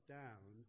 down